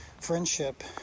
friendship